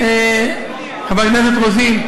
חברת הכנסת רוזין,